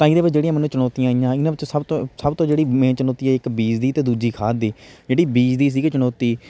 ਤਾਂ ਇਹਦੇ ਵਿੱਚ ਜਿਹੜੀਆਂ ਮੈਨੂੰ ਚੁਣੌਤੀਆਂ ਆਈਆਂ ਇਨ੍ਹਾਂ ਵਿੱਚ ਸਭ ਤੋਂ ਸਭ ਤੋਂ ਜਿਹੜੀ ਮੇਨ ਚਨੌਤੀ ਹੈ ਇੱਕ ਬੀਜ ਦੀ ਅਤੇ ਦੂਜੀ ਖਾਦ ਦੀ ਜਿਹੜੀ ਬੀਜ ਦੀ ਸੀਗੀ ਚੁਣੌਤੀ